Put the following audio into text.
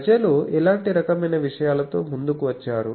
ప్రజలు ఇలాంటి రకమైన విషయాలతో ముందుకు వచ్చారు